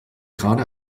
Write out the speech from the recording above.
gerade